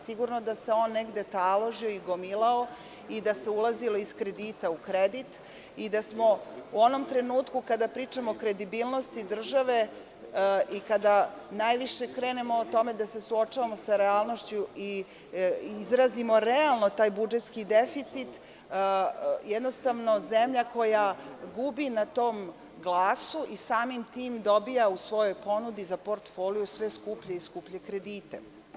Sigurno da se on negde taložio i gomilao i da se ulazilo iz kredita u kredit, i da smo u onom trenutku, kada pričamo o kredibilnosti države i kada se najviše suočavamo sa realnošću i izrazimo realno taj budžetski deficit, jednostavno zemlja koja gubi na tom glasu i samim dobija u svojoj ponudi za portfolio sve skuplje i skuplje kredite.